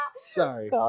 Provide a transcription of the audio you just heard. Sorry